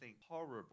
horrible